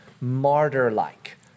martyr-like